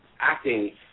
acting